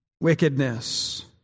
wickedness